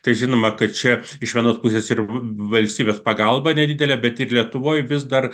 tai žinoma kad čia iš vienos pusės ir valstybės pagalba nedidelė bet ir lietuvoj vis dar